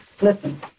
listen